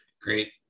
great